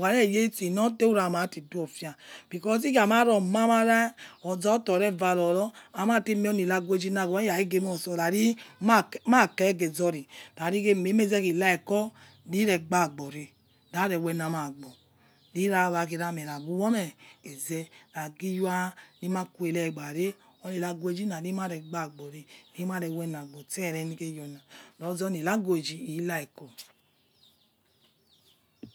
ukha reye utsinortse ura matiduofia because tikhemarah zoto reva ro amati̱ miekho ni languagi wa ikhage mosor rari makege̱zori ririkheme̱ emezekhi like o̱ riregbagbore̱ ra̱re̱ wenamagbor rirawa̱khe̱ era̱ me̱h na̱ gi̱ whonomeh eze na̱ gi wia ni̱ makhuregbabore oni languagi na ri̱ ma re̱ gba agbor re ri ma re wena agbor tse̱ erwni kheyona roze oni languagi he̱ like o̱h